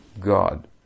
God